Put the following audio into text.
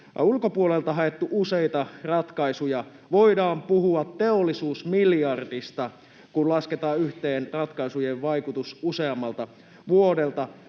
ulkopuolelta haettu useita ratkaisuja. Voidaan puhua teollisuusmiljardista, kun lasketaan yhteen ratkaisujen vaikutus useammalta vuodelta.